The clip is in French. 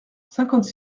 cinquante